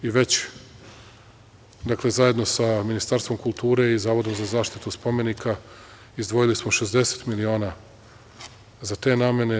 Dakle, već zajedno sa Ministarstvom kulture i Zavodom za zaštitu spomenika izdvojili smo 60 miliona za te namene.